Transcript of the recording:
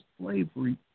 slavery